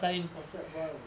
orh sec one